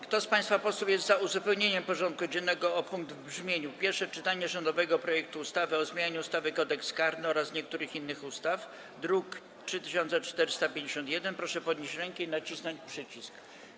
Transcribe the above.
Kto z państwa posłów jest za uzupełnieniem porządku dziennego o punkt w brzmieniu: Pierwsze czytanie rządowego projektu ustawy o zmianie ustawy Kodeks karny oraz niektórych innych ustaw, druk nr 3451, proszę podnieść rękę i nacisnąć przycisk.